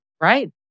Right